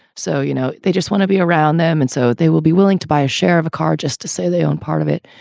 so, you know, they just want to be around them. and so they will be willing to buy a share of a car just to say they own part of it.